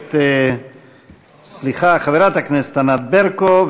הכנסת ענת ברקו.